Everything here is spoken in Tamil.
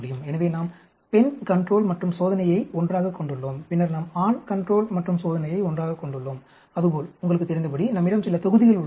எனவே நாம் பெண் கன்ட்ரோல் மற்றும் சோதனையை ஒன்றாகக் கொண்டுள்ளோம் பின்னர் நாம் ஆண் கன்ட்ரோல் மற்றும் சோதனையை ஒன்றாகக் கொண்டுள்ளோம் அதுபோல் உங்களுக்குத் தெரிந்தபடி நம்மிடம் சில தொகுதிகள் உள்ளன